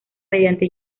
mediante